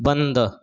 बंद